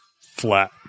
flat